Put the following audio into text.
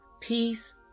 peace